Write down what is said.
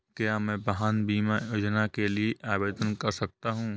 क्या मैं वाहन बीमा योजना के लिए आवेदन कर सकता हूँ?